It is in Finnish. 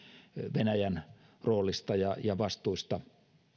venäjän roolista ja ja vastuista